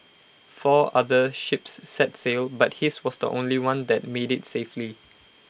four other ships set sail but his was the only one that made IT safely